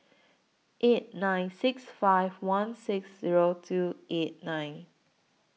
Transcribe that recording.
eight nine six five one six Zero two eight nine